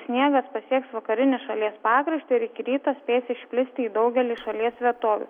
sniegas pasieks vakarinį šalies pakraštį ir iki ryto spės išplisti į daugelį šalies vietovių